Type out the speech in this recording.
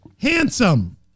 handsome